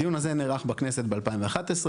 הדיון הזה נערך בכנסת ב-2011,